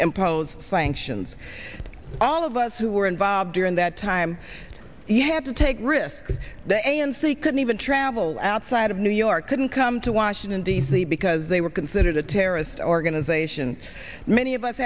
impose frank sions all of us who were involved during that time he had to take risks the a n c couldn't even travel outside of new york couldn't come to washington d c because they were considered a terrorist organization many of us